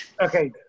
okay